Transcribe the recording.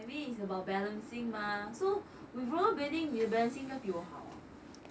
I mean is about balancing mah so with rollerblading 你的 balancing 应该比我好 ah